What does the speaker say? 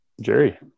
jerry